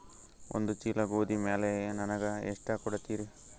ಒಂದ ಚೀಲ ಗೋಧಿ ಮ್ಯಾಲ ನನಗ ಎಷ್ಟ ಕೊಡತೀರಿ?